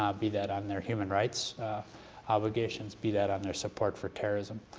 um be that on their human rights obligations, be that on their support for terrorism,